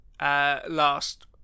last